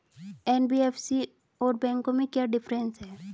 NBFC और बैंकों में क्या डिफरेंस है?